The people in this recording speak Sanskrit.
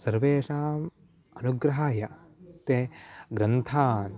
सर्वेषाम् अनुग्रहाय ते ग्रन्थान्